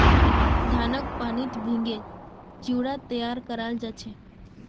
धानक पानीत भिगे चिवड़ा तैयार कराल जा छे